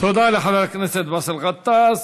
תודה לחבר הכנסת באסל גטאס.